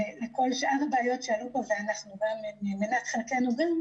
לכל שאר הבעיות שעלו פה והן גם מנת חלקנו.